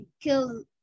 kill